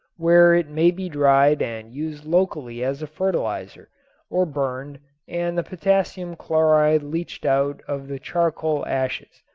where it may be dried and used locally as a fertilizer or burned and the potassium chloride leached out of the charcoal ashes.